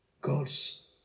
God's